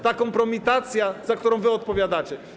To kompromitacja, za którą wy odpowiadacie.